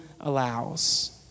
allows